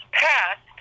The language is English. passed